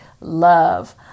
love